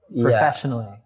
professionally